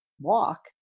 walk